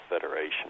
Federation